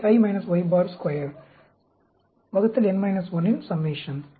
Y i Y bar square வகுத்தல் n - 1 இன் summation